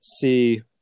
see